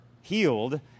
healed